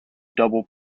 double